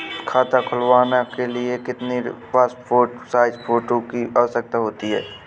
खाता खोलना के लिए कितनी पासपोर्ट साइज फोटो की आवश्यकता होती है?